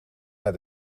naar